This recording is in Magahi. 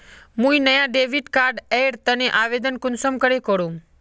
मुई नया डेबिट कार्ड एर तने आवेदन कुंसम करे करूम?